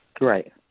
right